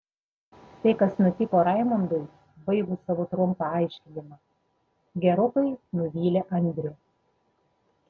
tai kas nutiko raimundui baigus savo trumpą aiškinimą gerokai nuvylė andrių